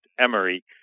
Emory